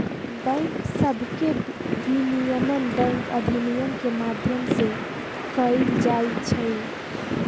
bank सभके विनियमन bank अधिनियम के माध्यम से कएल जाइ छइ